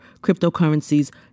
cryptocurrencies